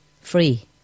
free